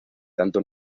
tanto